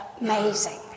amazing